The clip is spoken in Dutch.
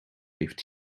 heeft